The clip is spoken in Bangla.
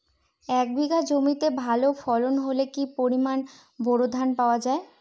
এক বিঘা জমিতে ভালো ফলন হলে কি পরিমাণ বোরো ধান পাওয়া যায়?